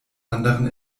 anderen